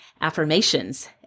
Affirmations